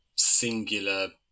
singular